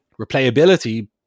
replayability